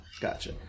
Gotcha